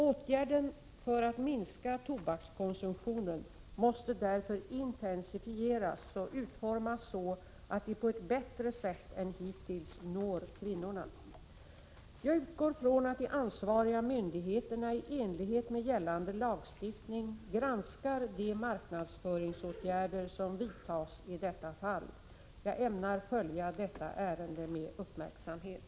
Åtgärder för att minska tobakskonsumtionen måste därför intensifieras och utformas så att de på ett bättre sätt än hittills når kvinnorna. Jag utgår från att de ansvariga myndigheterna i enlighet med gällande lagstiftning granskar de marknadsföringsåtgärder som vidtas i detta fall. Jag ämnar följa detta ärende med uppmärksamhet.